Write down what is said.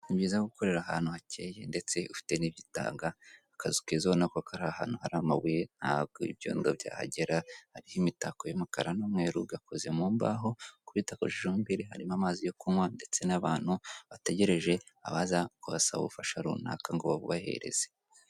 Ni byiza gukorera ahantu hakeye ndetse ufite n'ibyo utanga, akazu keza ubona ko kari ahantu hari amabuye ntabwo ibyondo byahagera, hariho imitako y'umukara n'umweru, gakoze mu mbaho ku gikuta mo imbere harimo amazi yo kunywa ndetse n'abantu bategereje abaza kubasaba ubufasha runaka ngo babubahereze.